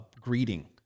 greeting